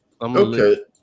Okay